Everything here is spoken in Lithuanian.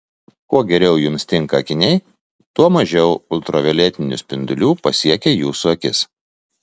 kuo geriau jums tinka akiniai tuo mažiau ultravioletinių spindulių pasiekia jūsų akis